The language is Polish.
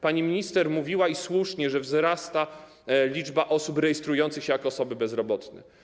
Pani minister mówiła, i słusznie, że wzrasta liczba osób rejestrujących się jako osoby bezrobotne.